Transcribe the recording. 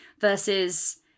versus